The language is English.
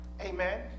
Amen